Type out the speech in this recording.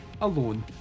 Alone